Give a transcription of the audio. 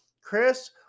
Chris